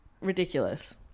Ridiculous